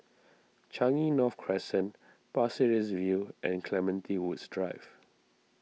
Changi North Crescent Pasir Ris View and Clementi Woods Drive